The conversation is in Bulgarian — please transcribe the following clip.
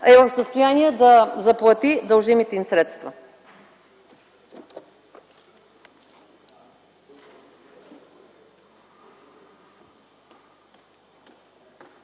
е в състояние да заплати дължимите им средства.